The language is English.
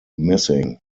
missing